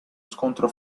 scontro